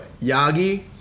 Yagi